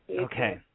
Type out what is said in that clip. Okay